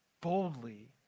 boldly